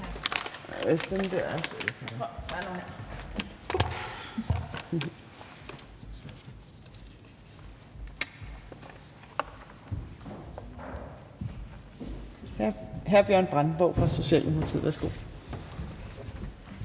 er hr. Bjørn Brandenborg fra Socialdemokratiet. Værsgo.